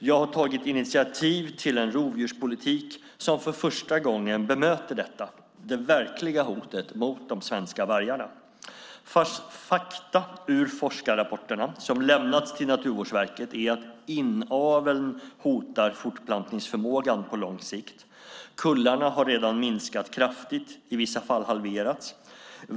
Jag har tagit initiativ till en rovdjurspolitik som för första gången bemöter detta, det verkliga hotet mot de svenska vargarna. Fakta ur forskarrapporterna som lämnats till Naturvårdsverket är att inaveln hotar fortplantningsförmågan på lång sikt. Kullarna har redan minskat kraftigt, i vissa fall halverats.